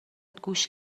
گوش